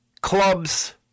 clubs